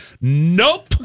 nope